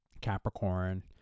Capricorn